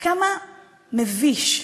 וכמה מביש,